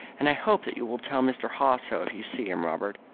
and i hope that you will tell mr. haw so if you see him, robert.